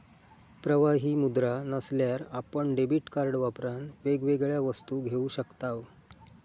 प्रवाही मुद्रा नसल्यार आपण डेबीट कार्ड वापरान वेगवेगळ्या वस्तू घेऊ शकताव